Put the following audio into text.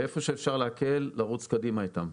ואיפה שאפשר להקל, לרוץ קדימה איתם.